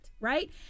right